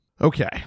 Okay